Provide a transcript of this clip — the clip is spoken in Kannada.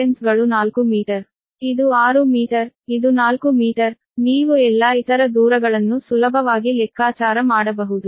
ಇದು 6 ಮೀಟರ್ ಇದು 4 ಮೀಟರ್ ನೀವು ಎಲ್ಲಾ ಇತರ ದೂರಗಳನ್ನು ಸುಲಭವಾಗಿ ಲೆಕ್ಕಾಚಾರ ಮಾಡಬಹುದು